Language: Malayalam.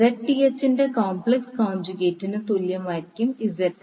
Zth ന്റെ കോംപ്ലക്സ് കോൻജഗേറ്റിനു തുല്യമായിരിക്കും ZL